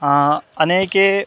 अनेके